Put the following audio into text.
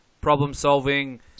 problem-solving